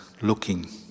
looking